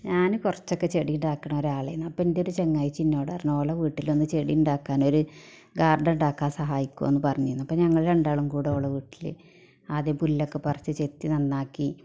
ഞാൻ കുറച്ചൊക്കെ ചെടി ഉണ്ടാക്കുന്ന ഒരു ആൾ തന്നെ അപ്പം എൻ്റെ ഒരു ചങ്ങാതി ചിന്നു അവിടെ എറണാകുളം വീട്ടിലൊന്ന് ചെടി ഉണ്ടാക്കാനൊരു ഗാർഡൻ ഉണ്ടാക്കാൻ സഹായിക്കുമോ എന്ന് പറഞ്ഞിനു അപ്പം ഞങ്ങൾ രണ്ടാളും കൂടെ ഓൾടെ വീട്ടിൽ ആദ്യം പുല്ലൊക്കെ പറിച്ച് ചെത്തി നന്നാക്കി